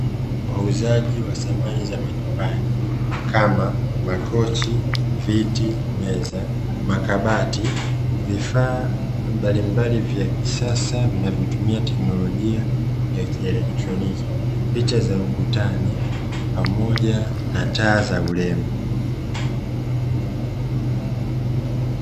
Wauzaji wa samani za majumbani kama: makochi, viti, meza, makabati, vifaa mbalimbali vya kisasa vinavyotumia teknolojia ya kielektroniki, picha za ukutani pamoja na taa za urembo.